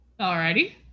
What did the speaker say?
Alrighty